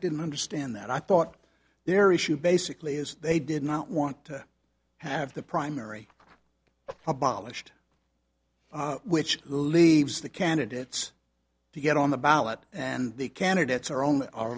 didn't understand that i thought their issue basically is they did not want to have the primary abolished which leaves the candidates to get on the ballot and the candidates are on